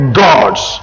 gods